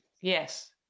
Yes